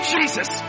Jesus